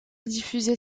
diffuser